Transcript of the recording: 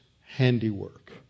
handiwork